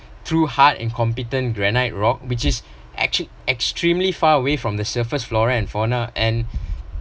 through hard incompetent granite rock which is actually extremely far away from the surface flora and fauna and